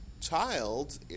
child